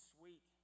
Sweet